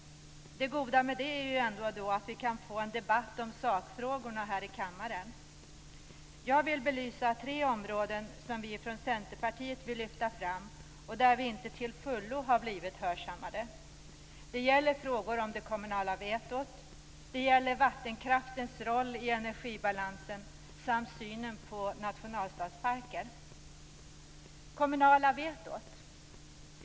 Det goda med det är ändå att vi kan få en debatt om sakfrågorna här i kammaren. Jag vill belysa tre områden som vi från Centerpartiet vill lyfta fram, och där vi inte till fullo har blivit hörsammade. Det gäller frågor om det kommunala vetot, om vattenkraftens roll i energibalansen och om synen på nationalstadsparker. Jag skall först tala om det kommunala vetot.